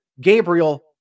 Gabriel